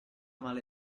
male